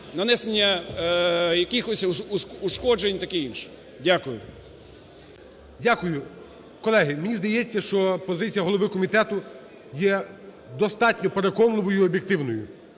нанесення якихось ушкоджень і таке інше. Дякую. ГОЛОВУЮЧИЙ. Дякую. Колеги, мені здається, що позиція голови комітету є достатньо переконливою і об'єктивною.